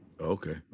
Okay